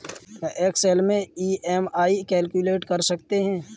क्या एक्सेल में EMI calculate कर सकते हैं?